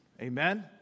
Amen